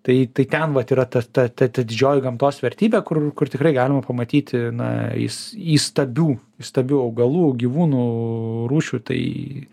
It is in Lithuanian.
tai tai ten vat yra ta ta ta didžioji gamtos vertybė kur kur tikrai galima pamatyti na įs įstabių įstabių augalų gyvūnų rūšių tai